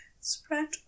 spread